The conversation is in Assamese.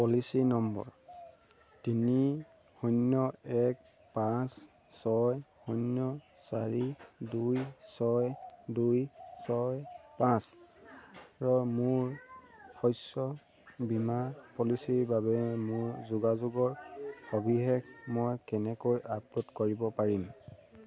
পলিচি নম্বৰ তিনি শূন্য এক পাঁচ ছয় শূন্য চাৰি দুই ছয় দুই ছয় পাঁচৰ মোৰ শস্য বীমা পলিচিৰ বাবে মোৰ যোগাযোগৰ সবিশেষ মই কেনেকৈ আপডে'ট কৰিব পাৰিম